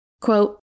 Quote